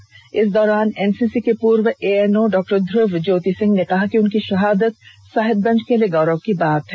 कार्यक्रम के दौरान एनसीसी के पूर्व एएनओ डॉ ध्रुव ज्योति सिंह ने कहा कि उनकी शहादत साहिबगंज के लिए गौरव की बात है